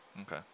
okay